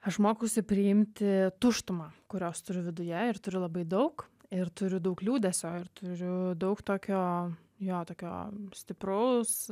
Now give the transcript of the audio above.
aš mokausi priimti tuštumą kurios turiu viduje ir turiu labai daug ir turiu daug liūdesio ir turiu daug tokio jo tokio stipraus